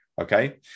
Okay